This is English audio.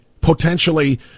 potentially